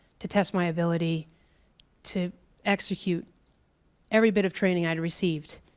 to test my ability to execute every bit of training i had received.